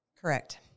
Correct